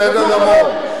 בסדר גמור.